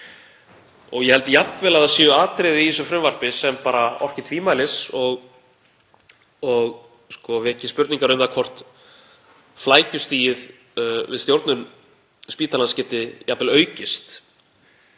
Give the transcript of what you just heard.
Ég held jafnvel að það séu atriði í þessu frumvarpi sem orki tvímælis og veki spurningar um hvort flækjustigið við stjórnun spítalans geti jafnvel aukist.